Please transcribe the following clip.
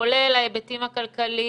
כולל ההיבטים הכלכליים,